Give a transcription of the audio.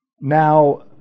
Now